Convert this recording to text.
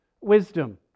wisdom